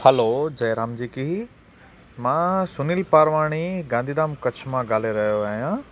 hello जय राम जी की मां सुनील पारवाणी गांधीधाम कच्छ मां ॻाल्हाए रहियो आहियां